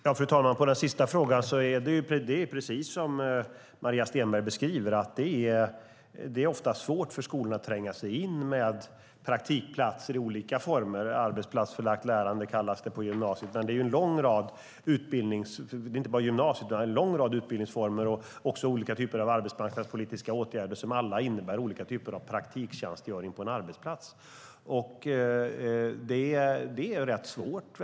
Fru talman! När det gäller den sista frågan är det precis som Maria Stenberg beskriver. Det är ofta svårt för skolorna att tränga in med praktikplatser i olika former - på gymnasiet kallas det arbetsplatsförlagt lärande. Det gäller inte bara gymnasiet utan en lång rad utbildningsformer och arbetsmarknadspolitiska åtgärder som medför praktiktjänstgöring på arbetsplats. Två saker gäller.